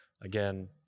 again